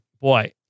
Boy